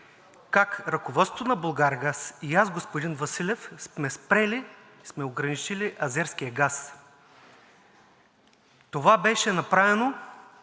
как ръководството на „Булгаргаз“ и аз, господин Василев, сме спрели, сме ограничили азерския газ. Това беше направено